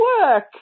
work